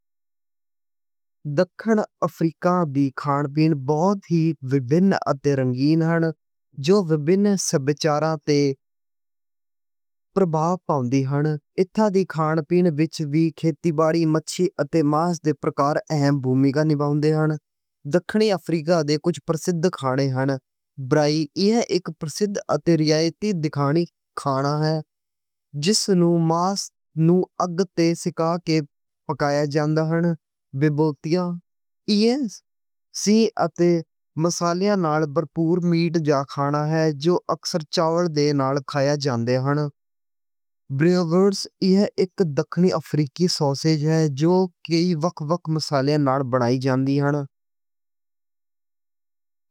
دکھنی افریقہ وی کھان پین بہت ہی ویبھن اتے رنگین ہے۔ جو ویبھن سبھیاچاران تے پربھاواں دی ہن۔ ایتھے دی کھان پین وچ وی کھیتی باڑی، مچھّی اتے ماس دے پرکار اہم بھومکا نبا٘ؤندے ہن۔ دکھنی افریقہ دے کجھ پرسدھ کھانے ہن۔ برائی ایہہ اک پرسدھ اتے روایتی دکھنی افریقی کھانا ہے۔ جس نوں ماس نوں اگ تے سِکا کے پکایا جاندا ہے۔ بوبوتی ایہہ مصالحیاں نال بھرپور میٹ دا کھانا ہے۔ جو اکثر چاول دے نال کھائے جان دے۔ ایہہ اک دکھنی افریقی سوسےج ہے۔ جو کہ کئی وکھ وکھ مصالحیاں نال بنائی جاندی۔